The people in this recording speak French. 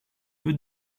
peu